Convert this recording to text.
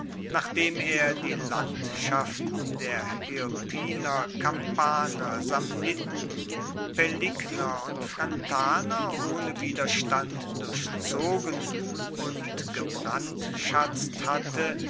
nachdem er die landschaften der hirpiner kampaner samniten paeligner und frentaner ohne widerstand durchzogen und gebrandschatzt hatte